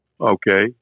Okay